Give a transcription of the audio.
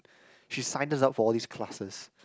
she signed us up for all these classes